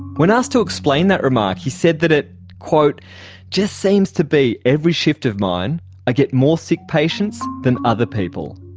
when asked to explain that remark he said that it just seems to be every shift of mine i get more sick patients than other people.